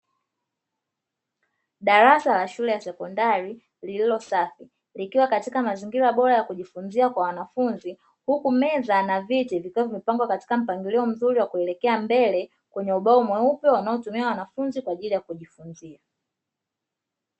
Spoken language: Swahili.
Darasa la shule ya sekondari lililo safi likiwa katika mazingira bora ya kujifunzia kwa wanafunzi, huku meza na viti vikiwa vimepangwa katika mpangilio mzuri wa kuelekea mbele kwenye ubao mweupe wanaotumia wanafunzi kwaajili ya kujifunzia.